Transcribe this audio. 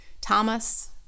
Thomas